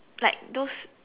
like those